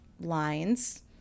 lines